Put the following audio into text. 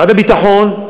משרד הביטחון,